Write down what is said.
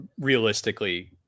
realistically